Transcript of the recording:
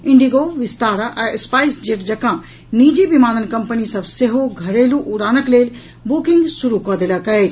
Indigo Vistara आ SpiceJet जकाँ निजी विमान कंपनी सभ सेहो घरेलू उड़ानक लेल बुकिंग शुरू कऽ देलक अछि